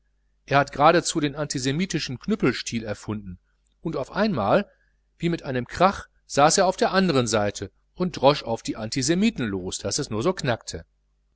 er hat geradezu den antisemitischen knüppelstil erfunden und auf einmal wie mit einem krach saß er auf der anderen seite und drasch auf die antisemiten los daß es nur so knackte